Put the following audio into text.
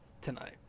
tonight